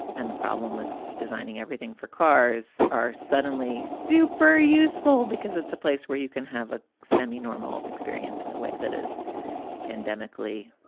and the problem with designing everything for cars are suddenly super useful because it's a place where you can have a semi normal experience in a way that is pandemic early,